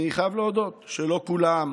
אני חייב להודות שלא כולם,